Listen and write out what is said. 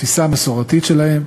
התפיסה המסורתית שלהם,